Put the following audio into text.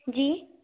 जी